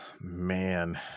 man